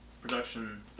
production